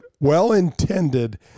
Well-intended